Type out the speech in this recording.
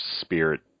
spirit